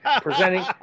presenting